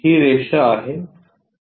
तर ही रेषा आहे